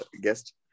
guest